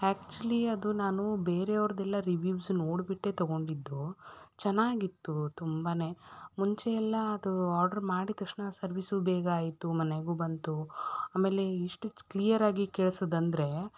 actually ಅದು ನಾನು ಬೇರೆಯವ್ರದೆಲ್ಲ ರಿವ್ಯೂಸ್ ನೋಡಿಬಿಟ್ಟೇ ತೊಗೊಂಡಿದ್ದು ಚೆನ್ನಾಗಿತ್ತು ತುಂಬಾ ಮುಂಚೆ ಎಲ್ಲ ಅದು ಆರ್ಡ್ರ್ ಮಾಡಿದ ತಕ್ಷಣ ಸರ್ವೀಸೂ ಬೇಗ ಆಯಿತು ಮನೆಗೂ ಬಂತು ಆಮೇಲೆ ಎಷ್ಟು ಕ್ಲೀಯರ್ ಆಗಿ ಕೇಳ್ಸೋದು ಅಂದರೆ